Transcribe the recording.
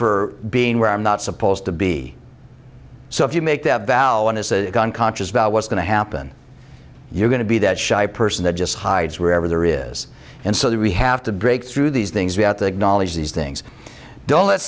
for being where i'm not supposed to be so if you make that bow on his gun conscious about what's going to happen you're going to be that shy person that just hides wherever there is and so that we have to break through these things without the knowledge of these things don't let